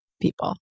people